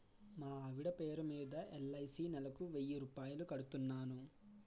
మా ఆవిడ పేరు మీద ఎల్.ఐ.సి నెలకు వెయ్యి రూపాయలు కడుతున్నాను